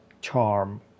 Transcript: charm